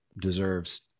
deserves